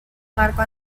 marco